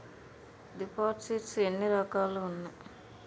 దిపోసిస్ట్స్ ఎన్ని రకాలుగా ఉన్నాయి?